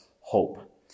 hope